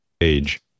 Age